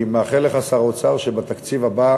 אני מאחל לך, שר האוצר, שבתקציב הבא